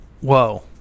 whoa